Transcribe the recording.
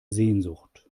sehnsucht